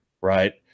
right